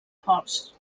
forts